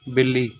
ਬਿੱਲੀ